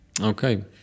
Okay